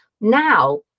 now